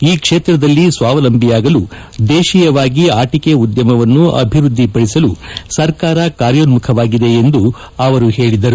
ಈ ಕ್ಷೇತ್ರದಲ್ಲಿ ಸ್ವಾವಲಂಬಿಯಾಗಲು ದೇಶಿಯವಾಗಿ ಆಟಿಕೆ ಉದ್ಯಮವನ್ನು ಅಭಿವ್ವದ್ದಿಪದಿಸಲು ಸರ್ಕಾರ ಕಾರ್ಯೋನ್ಮುಖವಾಗಿದೆ ಎಂದು ಅವರು ಹೇಳಿದರು